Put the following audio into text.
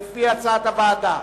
לפי הצעת הוועדה.